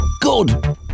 good